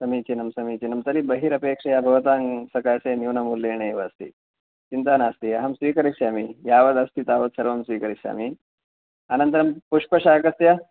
समीचीनं समीचीनं तर्हि बहिरपेक्षया भवतां सकाशे न्यूनमूल्येणैव अस्ति चिन्ता नास्ति अहं स्वीकरिष्यामि यावदस्ति तावत् सर्वं स्वीकरिष्यामि अनन्तरं पुष्पशाकस्य